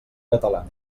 catalana